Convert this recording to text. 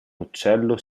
uccello